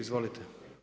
Izvolite.